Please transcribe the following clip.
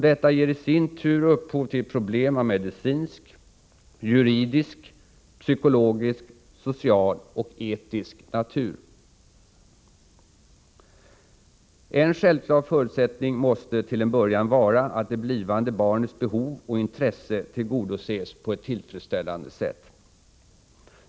Detta ger i sin tur upphov till problem av medicinsk, juridisk, psykologisk, social och etisk natur. En självklar förutsättning måste till en början vara, att det blivande barnets behov och intresse tillgodoses på ett tillfredsställande sätt.